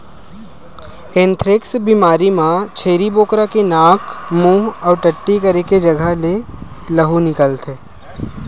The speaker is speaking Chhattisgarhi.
एंथ्रेक्स बेमारी म छेरी बोकरा के नाक, मूंह अउ टट्टी करे के जघा ले लहू निकलथे